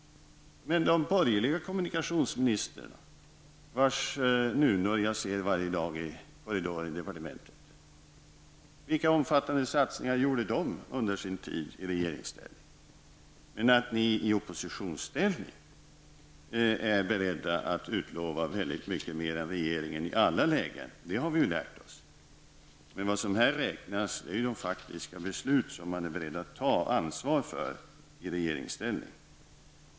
Men de borgerliga kommunikationsministrar, vars nunor jag ser varje dag i korridoren på departementet -- vilka omfattande satsningar gjorde de under sin tid i regeringsställning? Att ni i oppositionsställning är beredda att utlova väldigt mycket mer än regeringen i alla lägen, det har vi ju lärt oss. Men vad som räknas är de faktiska beslut man är beredd att ta ansvar för i regeringsställning.